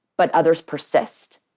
but others persist